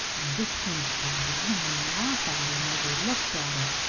and this seemed to grin and laugh at him as he looked at it.